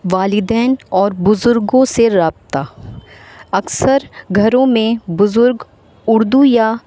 والدین اور بزرگوں سے رابطہ اکثر گھروں میں بزرگ اردو یا